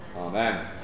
Amen